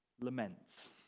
laments